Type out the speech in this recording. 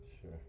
sure